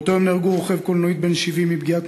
באותו יום נהרגו רוכב קולנועית בן 70 מפגיעת